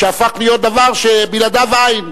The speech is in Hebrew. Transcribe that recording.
שהפך להיות דבר שבלעדיו אַין.